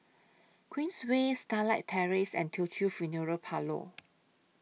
Queensway Starlight Terrace and Teochew Funeral Parlour